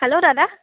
hello দাদা